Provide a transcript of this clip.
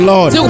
Lord